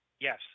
Yes